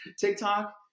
TikTok